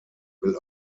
will